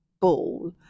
ball